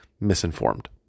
misinformed